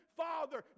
father